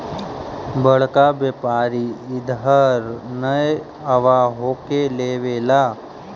बड़का व्यापारि इधर नय आब हको लेबे ला?